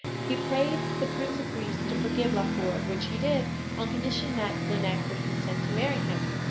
he prayed the prince of greece to forgive laufer, which he did on condition that lineik would consent to marry him.